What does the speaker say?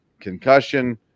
concussion